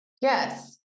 Yes